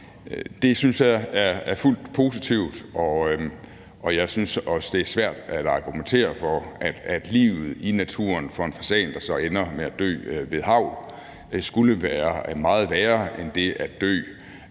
det synes jeg er fuldt positivt. Jeg synes også, det er svært at argumentere for, at livet i naturen for en fasan, der så ender med at dø ved hagl, skulle være meget værre end det at dø